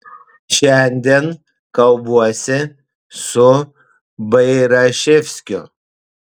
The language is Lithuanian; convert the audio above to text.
šiandien kalbuosi su bairaševskiu